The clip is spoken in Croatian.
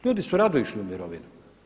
Ljudi su rado išli u mirovinu.